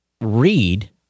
read